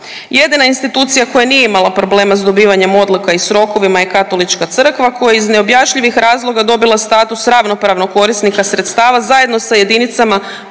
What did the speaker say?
Jedina institucija koja nije imala problema s dobivanjem odluka i s rokova je Katolička crkva, koja je iz neobjašnjivih razloga dobila status ravnopravnog korisnika sredstava zajedno sa jedinicama